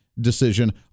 decision